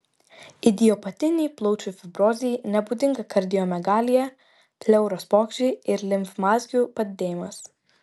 idiopatinei plaučių fibrozei nebūdinga kardiomegalija pleuros pokyčiai ir limfmazgių padidėjimas